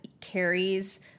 carries